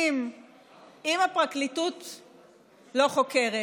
אם הפרקליטות לא חוקרת